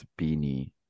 beanie